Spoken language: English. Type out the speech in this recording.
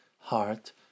heart